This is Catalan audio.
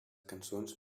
cançons